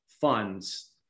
funds